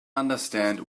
understand